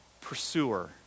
pursuer